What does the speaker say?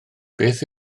beth